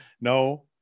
no